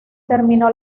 terminó